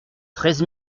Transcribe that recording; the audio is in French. treize